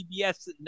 CBS